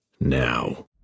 Now